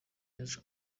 yaje